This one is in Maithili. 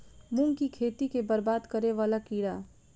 मूंग की खेती केँ बरबाद करे वला कीड़ा?